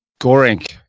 Gorink